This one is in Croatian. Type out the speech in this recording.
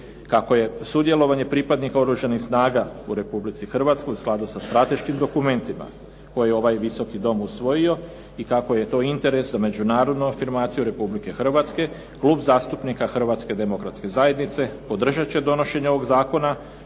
Kako je sudjelovanje pripadnika Oružanih snaga u Republici Hrvatskoj u skladu sa strateškim dokumentima koje je ovaj Visoki dom usvojio i kako je to od interesa u međunarodnoj afiramciji Republike Hrvatske, Klub zastupnika Hrvatske Demokratske Zajednice podržati će donošenje ovoga zakona